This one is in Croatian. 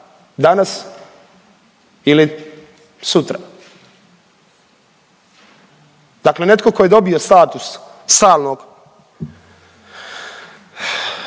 danas ili sutra? Dakle netko tko je dobio status stalnog